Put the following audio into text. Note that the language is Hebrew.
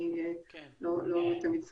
אני לא תמיד סופרת.